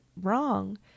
wrong